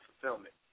fulfillment